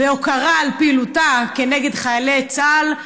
בהוקרה על פעילותה כנגד חיילי צה"ל.